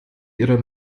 ihrer